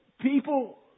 people